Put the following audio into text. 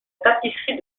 tapisserie